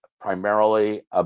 primarily